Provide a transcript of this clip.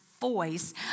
voice